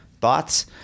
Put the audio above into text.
Thoughts